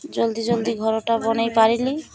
ଜଲ୍ଦି ଜଲ୍ଦି ଘରଟା ବନେଇ ପାରିଲି